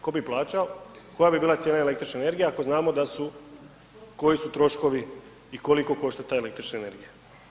Ko bi ih plaćao, koja bi bila cijela električne energije ako znamo koji su troškovi i koliko košta ta električna energija.